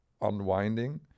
unwinding